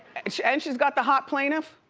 and she's and she's got the hot plaintiff.